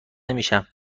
نمیشن